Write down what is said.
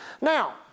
Now